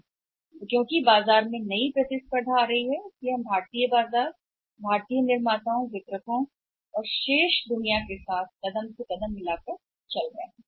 तो के रूप में नया प्रतिस्पर्धा बाजार में आ रही है नए बाजार में बाजार आ रहा है जिसे हम संरेखित कर रहे हैं भारतीय बाजार भारतीय निर्माता बाकी शब्दों के साथ वितरक संरेखित कर रहे हैं